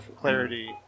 clarity